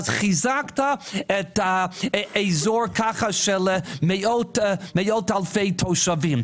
חיזקת את האזור של מאות אלפי תושבים.